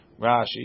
Rashi